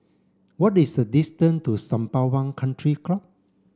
what is the distance to Sembawang Country Club